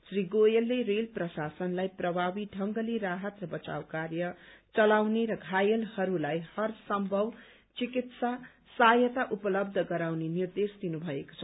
श्री गोयलले रेल प्रशासनलाई प्रभावी ढंगले राहत र बचाव कार्य चलाउने र घायलहरूलाई हरसम्भव चिकित्सा सहायता उपलब्ध गराउने निर्देश दिनु भएको छ